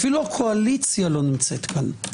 אפילו הקואליציה לא נמצאת כאן.